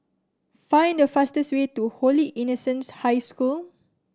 find the fastest way to Holy Innocents' High School